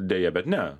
deja bet ne